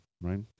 right